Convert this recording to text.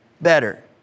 better